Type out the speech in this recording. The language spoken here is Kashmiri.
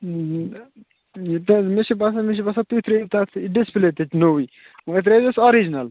تہٕ مےٚ چھُ باسان مےٚ چھُ باسان تُہۍ ترٛٲوِو تَتھ ڈِسپٕلے تَتہِ نوٚوُے مگر ترٛٲوہوٗس آرِیجِنَل